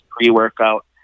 pre-workout